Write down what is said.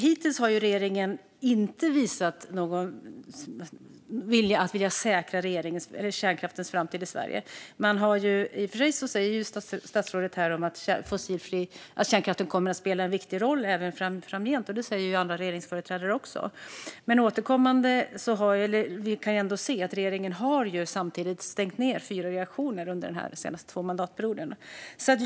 Hittills har regeringen inte visat någon vilja att säkra kärnkraftens framtid i Sverige. I och för sig säger statsrådet nu att kärnkraften kommer att spela en viktig roll även framgent, och det säger även andra regeringsföreträdare. Men vi kan ändå se att regeringen samtidigt har stängt fyra reaktorer under de två senaste mandatperioderna.